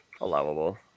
Allowable